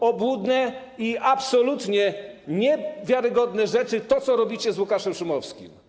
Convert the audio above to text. To są obłudne i absolutnie niewiarygodne rzeczy, to, co robicie z Łukaszem Szumowskim.